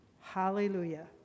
Hallelujah